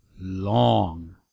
long